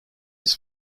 its